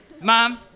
Mom